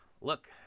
look